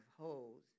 holes